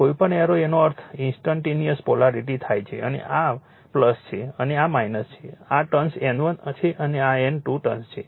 કોઈપણ એરો એનો અર્થ ઇન્સ્ટન્ટનીઅસ પોલેરિટી થાય છે અને આ છે અને આ છે આ ટર્ન્સ N1 છે આ N2 ટર્ન્સ છે